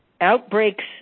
Outbreaks